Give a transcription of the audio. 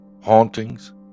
hauntings